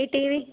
ഈ T V